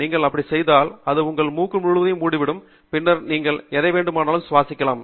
நீங்கள் அப்படி செய்தால் அது உங்கள் மூக்கு முழுவதையும் மூடிவிடும் பின்னர் நீங்கள் எதை வேண்டுமானாலும் சுவாசிக்கலாம்